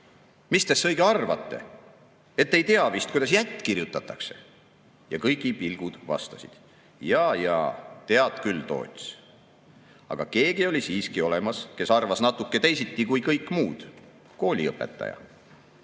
te's õige arvate: et ei tea vist, kuidas jätt kirjutatakse?"Ja kõikide pilgud vastasid:"Jaa, jaa, tead küll, Toots. "Aga keegi oli siiski olemas, kes arvas natuke teisiti kui kõik muud, – kooliõpetaja.